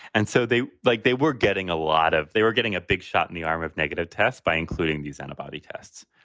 and so they like they were getting a lot of they were getting a big shot in the arm of negative tests by including these antibody tests